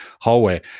hallway